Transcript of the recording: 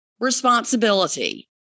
responsibility